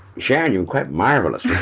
sharon, you're quite marvelous for